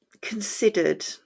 considered